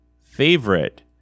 favorite